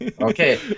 okay